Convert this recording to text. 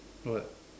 what